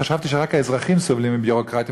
חשבתי שרק האזרחים סובלים מביורוקרטיה,